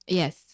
yes